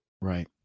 Right